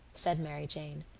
said mary jane.